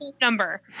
number